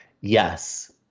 yes